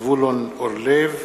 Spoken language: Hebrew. זבולון אורלב.